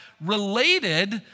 related